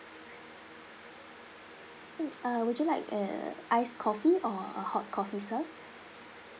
mm uh would you like uh ice coffee or a hot coffee sir